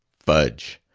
fudge!